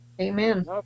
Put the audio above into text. Amen